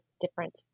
different